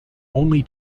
only